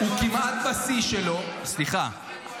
סליחה.